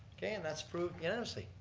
okay and that's approved unanimously.